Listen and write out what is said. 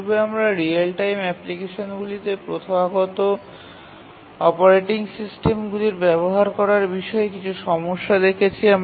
পূর্বে আমরা real time অ্যাপ্লিকেশনগুলিতে প্রথাগত অপারেটিং সিস্টেমগুলি ব্যবহার করার বিষয়ে কিছু সমস্যা দেখেছি